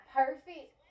perfect